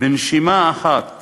בנשימה אחת